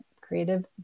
creative